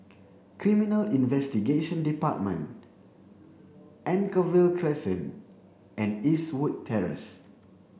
Criminal Investigation Department Anchorvale Crescent and Eastwood Terrace